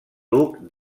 duc